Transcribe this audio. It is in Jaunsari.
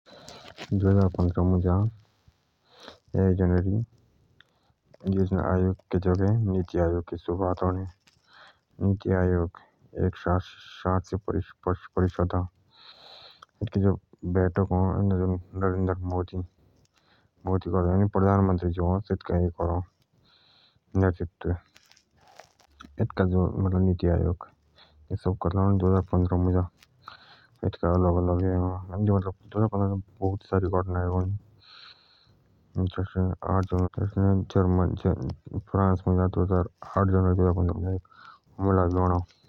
एक जनवरी दुई हजार पन्द्रह मुझ योजना आयोग के जागा निति आयोग के स्थापना अणे निति आयोग एक शासकीय विभाग अ एतूका जो अध्यक्ष अ भेजा प्रघान मन्त्रि अ निति आयोग का काम सरकार के आस्ते निति बाणनका अ।